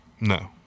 No